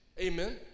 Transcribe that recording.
Amen